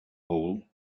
hole